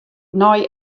nei